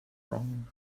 wrong